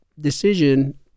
decision